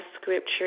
scripture